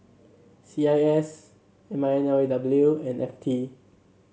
C I S M I N L A W and F T